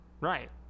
Right